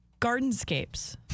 Gardenscapes